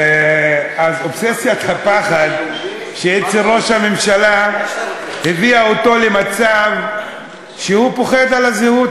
אז אובססיית הפחד של ראש הממשלה הביאה אותו למצב שהוא פוחד על הזהות,